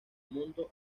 mundo